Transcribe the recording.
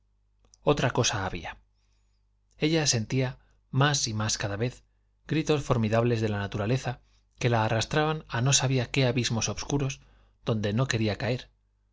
otra cosa había ella sentía más y más cada vez gritos formidables de la naturaleza que la arrastraban a no sabía qué abismos obscuros donde no quería caer